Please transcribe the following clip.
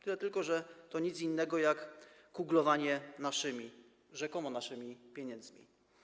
Tyle tylko że to nic innego jak kuglowanie naszymi - rzekomo naszymi - pieniędzmi.